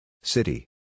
City